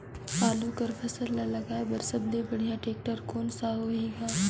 आलू कर फसल ल लगाय बर सबले बढ़िया टेक्टर कोन सा होही ग?